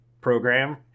program